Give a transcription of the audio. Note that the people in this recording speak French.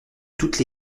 toutes